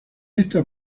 esta